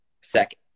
second